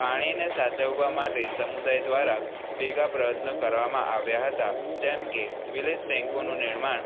પાણીને સાચવવા માટે સમુદાય દ્વારા ભેગા પ્રયત્ન કરવામાં આવ્યા હતા જેમકે વિલેજ ટેન્કોનું નિર્માણ